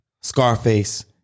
Scarface